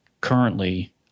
currently